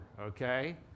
okay